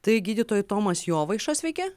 tai gydytojai tomas jovaiša sveiki